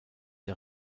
der